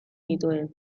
nituen